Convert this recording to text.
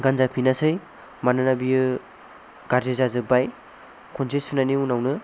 गानजाफिनासै मानोना बेयो गाज्रि जाजोब्बाय खनसे सुनायनि उनावनो